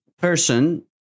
person